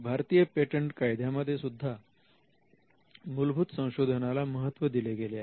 भारतीय पेटंट कायद्यामध्ये सुद्धा मूलभूत संशोधनाला महत्व दिले गेले आहे